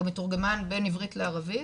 או מתורגמן בין עברית לערבית,